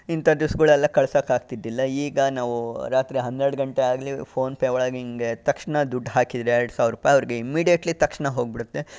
ಇಂತ ದಿವ್ಸಗಳು ಎಲ್ಲ ಕಳ್ಸಕ್ಕೆ ಆಗ್ತಿದ್ದಿಲ್ಲ ಈಗ ನಾವು ರಾತ್ರಿ ಹನ್ನೆರಡು ಗಂಟೆ ಆದರೆ ಫೋನ್ ಪೇ ಒಳಗೆ ಹಿಂಗೆ ತಕ್ಷಣ ದುಡ್ಡು ಹಾಕಿದರೆ ಎರ್ಡು ಸಾವ್ರ ರೂಪಾಯಿ ಅವ್ರಿಗೆ ಇಮ್ಮಿಡಿಯೇಟ್ಲಿ ತಕ್ಷಣ ಹೋಗ್ಬಿಡುತ್ತೆ